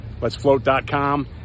LetsFloat.com